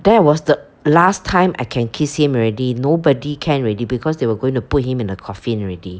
there was the last time I can kiss him already nobody can already because they were going to put him in a coffin already